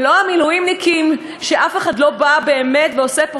ולא המילואימניקים שאף אחד לא באמת עושה פה